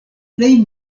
plej